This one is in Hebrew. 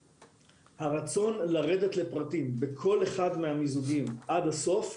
הרצון לרדת לפרטים בכל אחד מהמיזוגים עד הסוף,